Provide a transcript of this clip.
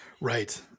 Right